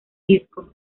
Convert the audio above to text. disco